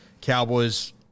Cowboys